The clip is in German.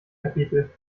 kapitel